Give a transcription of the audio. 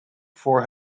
voor